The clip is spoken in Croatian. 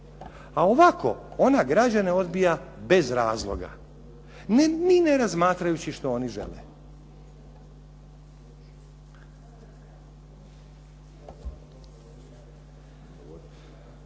A ovako ona građane odbija bez razloga ni ne razmatrajući što oni žele.